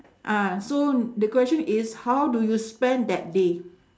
uh so the question is how do you spend that day